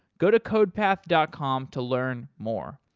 go to codepath dot com to learn more.